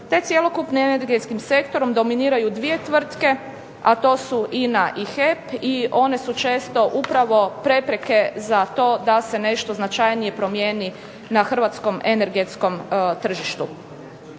te cjelokupnim energetskim sektorom dominiraju dvije tvrtke, a to su INA i HEP, i one su često upravo prepreke za to da se nešto značajnije promijeni na hrvatskom energetskom tržištu.